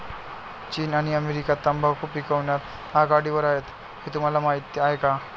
चीन आणि अमेरिका तंबाखू पिकवण्यात आघाडीवर आहेत हे तुम्हाला माहीत आहे